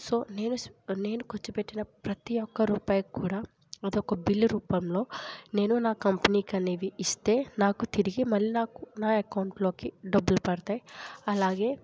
so నేను నేను ఖర్చుపెట్టిన ప్రతీ ఒక్క రూపాయికి కూడా అదొక బిల్ రూపంలో నేను నా కంపెనీకి అనేవి ఇస్తే నాకు తిరిగి మళ్ళీ నాకు నా అకౌంట్లోకి డబ్బులు పడుతాయి అలాగే